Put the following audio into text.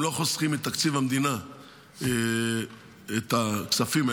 הם לא חוסכים מתקציב המדינה את הכספים,